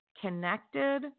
connected